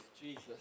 Jesus